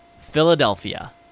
philadelphia